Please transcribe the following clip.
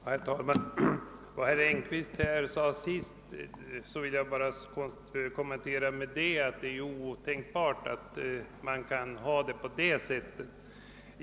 Herr talman! Vad herr Engkvist senast yttrade vill jag bara kommentera med att säga att det är otänkbart att man kan ha på det sättet.